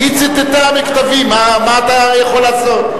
היא ציטטה מכתבים, מה אתה יכול לעשות?